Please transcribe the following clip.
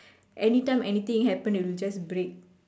anytime anything happen it'll just break